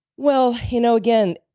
well, you know again,